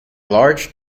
large